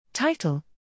Title